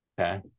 okay